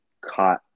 caught